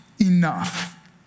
enough